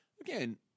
again